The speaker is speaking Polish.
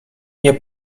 nie